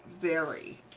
vary